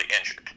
injured